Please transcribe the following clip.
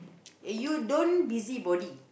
eh you don't busybody